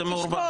זה מעורבב.